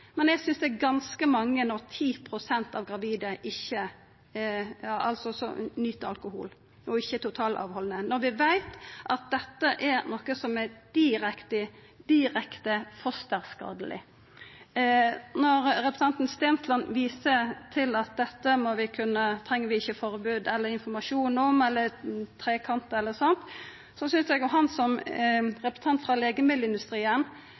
men eg synest det er ganske mange når 10 pst. av gravide nyt alkohol og ikkje er totalfråhaldande, når vi veit at dette er noko som er direkte skadeleg for fosteret. Når representanten Stensland viser til at dette treng vi ikkje informasjon om – eller trekant på eller sånt – tenkjer eg at han som representant for legemiddelindustrien